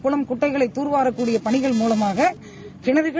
குளம் குட்டைகளை தர்வாரக்கூடிய பணிகள் மூவமாக கிணறுகள்